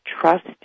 trust